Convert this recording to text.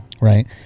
Right